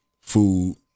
food